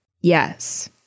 Yes